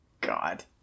God